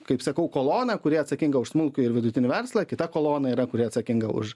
kaip sakau kolona kuri atsakinga už smulkų ir vidutinį verslą kita kolona yra kuri atsakinga už